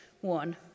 one